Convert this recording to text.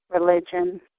religion